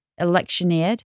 electioneered